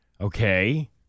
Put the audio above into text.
Okay